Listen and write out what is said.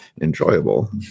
enjoyable